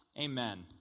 Amen